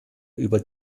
über